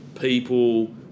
people